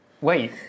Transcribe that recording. Wait